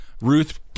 Ruth